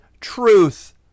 truth